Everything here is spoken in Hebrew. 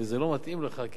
וזה לא מתאים לך,